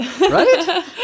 Right